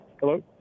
Hello